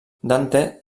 dante